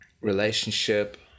relationship